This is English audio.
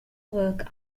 work